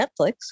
Netflix